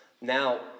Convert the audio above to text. Now